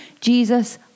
Jesus